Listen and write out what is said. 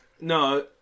No